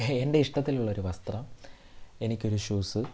എൻ്റെ ഇഷ്ട്ടത്തിലുള്ളൊരു വസ്ത്രം എനിക്കൊരു ഷൂസ്